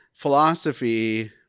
philosophy